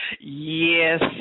Yes